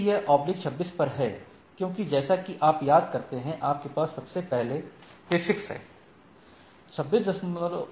यदि यह 26 पर है क्योंकि जैसा कि आप याद करते हैं आपके पास सबसे पहले प्रीफिक्स है